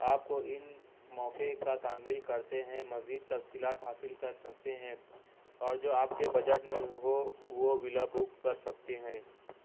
آپ کو ان موقعے کا تعمیل کرتے ہیں مزید تفصیلات حاصل کر سکتے ہیں اور جو آپ کے بجٹ میں ہو وہ بلا بک کر سکتے ہیں